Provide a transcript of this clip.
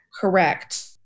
Correct